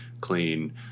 clean